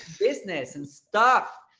business and stuff.